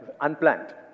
unplanned